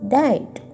died